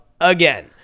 again